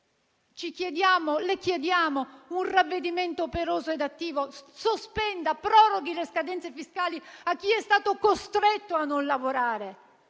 le chiediamo un ravvedimento operoso ed attivo. Sospenda, proroghi le scadenze fiscali a chi è stato costretto a non lavorare,